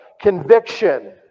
conviction